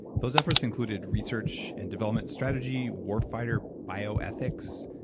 those efforts included research and development strategy, war fighter bioethics,